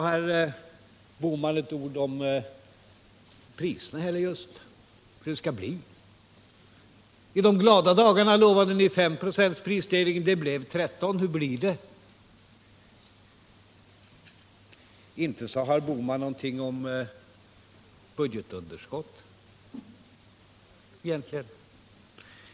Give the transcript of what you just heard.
Herr Bohman sade inte ett ord om priserna. Under de glada dagarna lovade moderaterna en prisstegring på 596. Det blev 13 96. Hur blir det i fortsättningen? Herr Bohman sade inte heller något om budgetunderskott.